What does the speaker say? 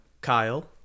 Kyle